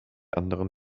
anderen